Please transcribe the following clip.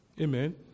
Amen